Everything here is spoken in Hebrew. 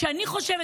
אני חושבת,